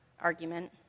argument